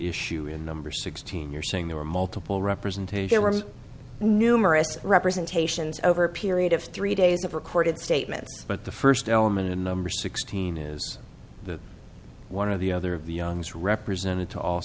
issue in number sixteen you're saying there were multiple representation numerous representations over a period of three days of recorded statements but the first element and number sixteen is the one of the other of the youngs represented to all